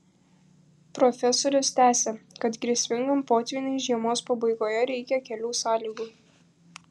profesorius tęsia kad grėsmingam potvyniui žiemos pabaigoje reikia kelių sąlygų